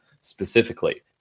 specifically